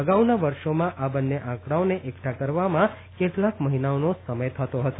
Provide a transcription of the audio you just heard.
અગાઉના વર્ષોમાં આ બન્ને આંકડાઓને એકઠા કરવામાં કેટલાંક મહિનાઓનો સમય થતો હતો